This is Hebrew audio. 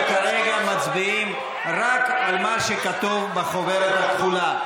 אנחנו כרגע מצביעים רק על מה שכתוב בחוברת הכחולה.